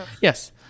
yes